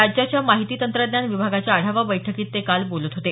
राज्याच्या माहिती तंत्रज्ञान विभागाच्या आढावा बैठकीत ते काल बोलत होते